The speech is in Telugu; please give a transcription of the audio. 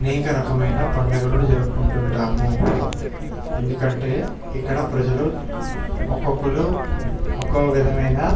అనేక రకమైన పండుగలను జరుపుకుంటు ఉంటాము ఎందుకంటే ఇక్కడ ప్రజలు ఒక్కొక్కరు ఒక్కొక్క విధమైన